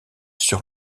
sur